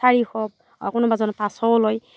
চাৰিশ আৰু কোনোবাজনে পাঁচশও লয়